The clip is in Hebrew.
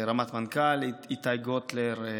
רמ"ט מנכ"ל איתי גוטלר,